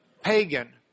pagan